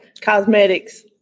Cosmetics